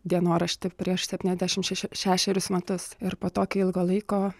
dienoraštį prieš septyniasdešimt šeš šešerius metus ir po tokio ilgo laiko